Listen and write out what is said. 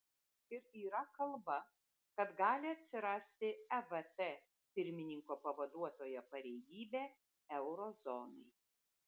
ir yra kalba kad gali atsirasti evt pirmininko pavaduotojo pareigybė euro zonai